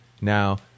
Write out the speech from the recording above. Now